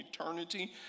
eternity